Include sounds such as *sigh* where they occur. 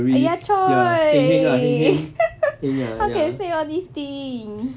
!aiya! !choy! *laughs* how can say all these thing